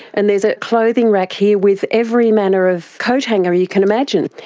and there's a clothing rack here with every manner of coat hanger you can imagine.